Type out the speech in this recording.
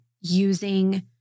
using